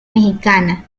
mexicana